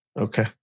Okay